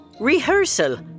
Rehearsal